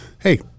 Hey